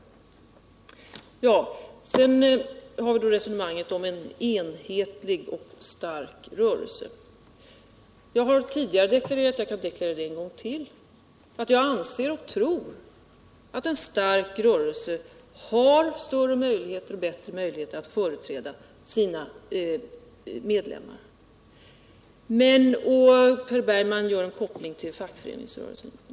Så ull resonemanget om en enhetlig och stark rörelse. Jag har tidigare deklarerat, och jag kan göra det ännu en gång. att jag anser och tror att en stark rörelse har större och bättre möjligheter att företräda sina medlemmar. Per Bergman gör en koppling till fackföreningsrörelsen.